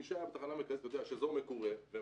מי שהיה בתחנה המרכזית יודע שזה אזור מקורה וממוזג,